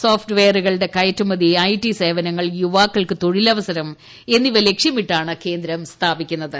സോഫ്റ്റ്വെയറുകളുടെ കയറ്റുമതി ഐടി സേവനങ്ങൾ യുവാ ക്കൾക്ക് തൊഴിലവസരം എന്നിവ ലക്ഷ്യമിട്ടാണ് കേന്ദ്രം സ്ഥാപിക്കു ന്നത്